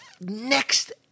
next